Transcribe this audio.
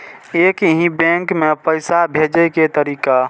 एक ही बैंक मे पैसा भेजे के तरीका?